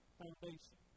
foundation